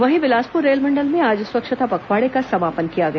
वहीं बिलासपुर रेलमंडल में आज स्वच्छता पखवाड़े का समापन किया गया